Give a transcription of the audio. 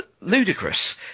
ludicrous